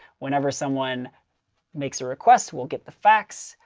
whenever someone makes a request, we'll get the facts,